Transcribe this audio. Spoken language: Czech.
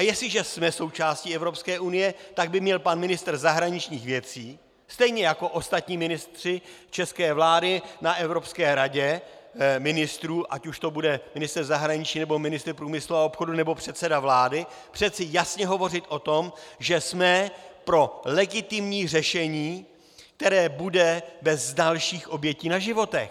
Jestliže jsme součástí Evropské unie, tak by měl pan ministr zahraničních věcí stejně jako ostatní ministři české vlády na Evropské radě ministrů, ať už to bude ministr zahraničí, nebo ministr průmyslu a obchodu, nebo předseda vlády, přece jasně hovořit o tom, že jsme pro legitimní řešení, které bude bez dalších obětí na životech.